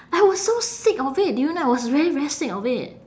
I was so sick of it do you know I was very very sick of it